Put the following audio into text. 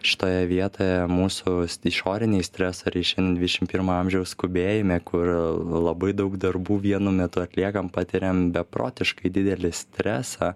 šitoje vietoje mūsų išoriniai stresoriai šiandien dvidešim pirmo amžiaus skubėjime kur labai daug darbų vienu metu atliekam patiriam beprotiškai didelį stresą